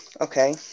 Okay